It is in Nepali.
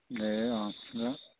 ए अँ अँ